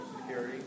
security